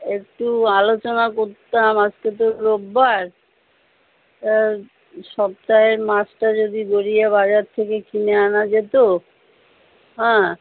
একটু আলোচনা করতাম আজকে তো রোববার সপ্তাহের মাছটা যদি গড়িয়া বাজার থেকে কিনে আনা যেত হ্যাঁ